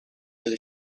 with